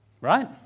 right